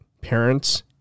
parents